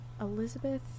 Elizabeth